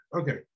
Okay